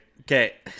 Okay